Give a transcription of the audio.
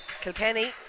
Kilkenny